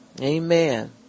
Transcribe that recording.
Amen